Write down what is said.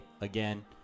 again